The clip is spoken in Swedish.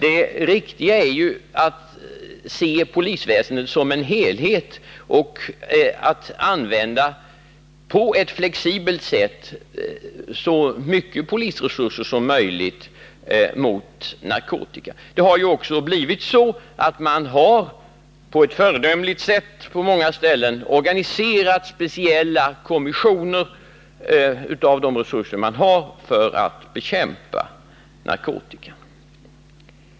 Det riktiga är att se polisväsendet som en helhet och på ett flexibelt sätt använda så mycket polisresurser som möjligt mot narkotika. Man har också på många ställen med de resurser man har på ett föredömligt sätt organiserat speciella kommissioner för att bekämpa narkotikan.